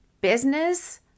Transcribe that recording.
business